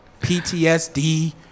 PTSD